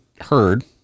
heard